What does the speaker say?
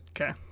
Okay